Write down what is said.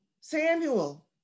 Samuel